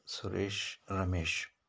Suresh Ramesh